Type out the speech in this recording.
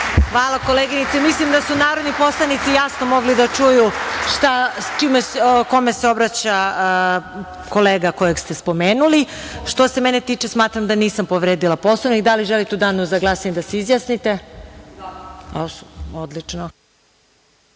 Zahvaljujem. Mislim da su narodni poslanici jasno mogli da čuju kome se obraća kolega kojeg ste spomenuli. Što se mene tiče, smatram da nisam povredila Poslovnik. Da li želite u danu za glasanje da se izjasnite? **Sandra